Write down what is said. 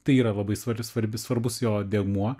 tai yra labai svari svarbi svarbus jo dėmuo